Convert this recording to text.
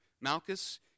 Malchus